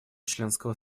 членского